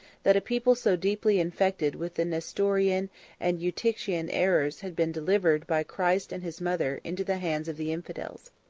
that a people so deeply infected with the nestorian and eutychian errors had been delivered by christ and his mother into the hands of the infidels.